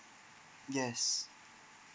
yes